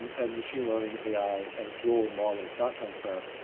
and machine learning ai and its role in law when it's not transparent.